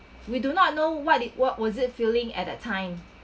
we do not know what it what was it feeling at that time